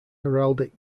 heraldic